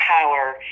power